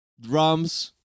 Drums